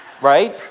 Right